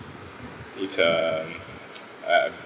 it's um uh um